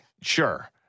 Sure